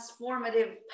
transformative